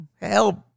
help